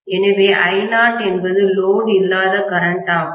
எனவே I0 என்பது load இல்லாத கரன்ட் ஆகும்